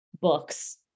books